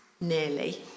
Nearly